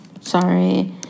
sorry